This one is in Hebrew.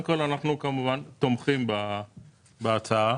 אנחנו תומכים בהצעה